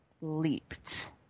leaped